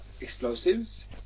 explosives